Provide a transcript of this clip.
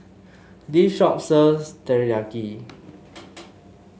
this shop sells Teriyaki